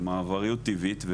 במעבריות טבעית.